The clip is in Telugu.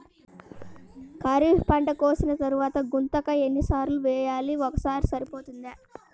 ఖరీఫ్ పంట కోసిన తరువాత గుంతక ఎన్ని సార్లు వేయాలి? ఒక్కసారి సరిపోతుందా?